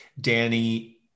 Danny